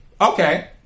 Okay